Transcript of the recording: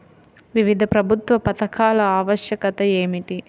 వివిధ ప్రభుత్వా పథకాల ఆవశ్యకత ఏమిటి?